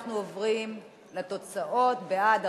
אנחנו עוברים לתוצאות: בעד,